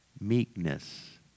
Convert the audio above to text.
meekness